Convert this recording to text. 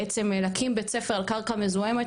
בעצם להקים בית ספר על קרקע מזוהמת,